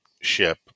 ship